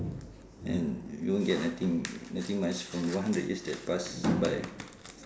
and you won't get nothing nothing much from one hundred years that pass by